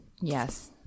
Yes